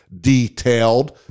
detailed